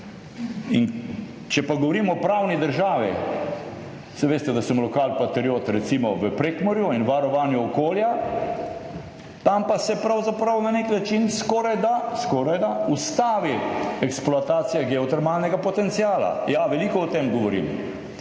in če pa govorimo o pravni državi, saj veste, da sem lokalpatriot, recimo v Prekmurju in varovanju okolja, tam pa se pravzaprav na nek način skorajda, skorajda ustavi eksploatacija geotermalnega potenciala. Ja, veliko o tem govorim,